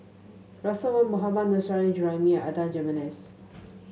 Russel Wong Mohammad Nurrasyid Juraimi and Adan Jimenez